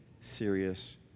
serious